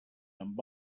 amb